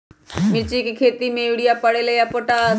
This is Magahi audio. मिर्ची के खेती में यूरिया परेला या पोटाश?